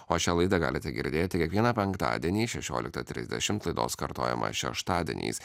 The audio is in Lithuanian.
o šią laidą galite girdėti kiekvieną penktadienį šešioliktą trisdešim laidos kartojimą šeštadieniais